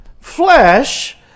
flesh